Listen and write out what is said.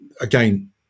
again